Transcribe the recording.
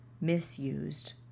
misused